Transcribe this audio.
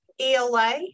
ELA